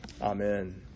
Amen